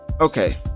okay